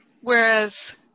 Whereas